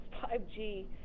5G